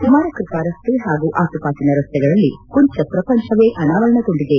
ಕುಮಾರ ಕೃಪಾ ರಸ್ತೆ ಹಾಗೂ ಆಸುಪಾಸಿನ ರಸ್ತೆಗಳಲ್ಲಿ ಕುಂಚ ಪ್ರಪಂಚವೇ ಅನಾವರಣಗೊಂಡಿದೆ